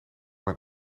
mijn